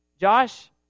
Josh